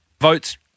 votes